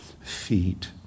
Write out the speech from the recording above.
feet